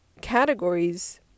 categories